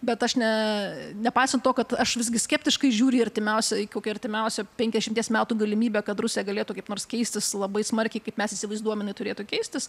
bet aš ne nepaisant to kad aš visgi skeptiškai žiūriu į artimiausią kokią artimiausią penkiasdešimties metų galimybę kad rusija galėtų kaip nors keistis labai smarkiai kaip mes įsivaizduojam jinai turėtų keistis